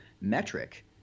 metric